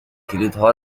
کلیدها